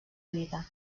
vida